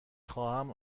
خواهم